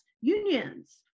Unions